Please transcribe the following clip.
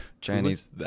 Chinese